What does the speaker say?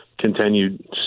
continued